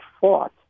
fought